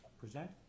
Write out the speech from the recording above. present